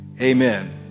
Amen